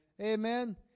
Amen